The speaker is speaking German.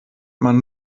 man